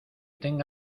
tenga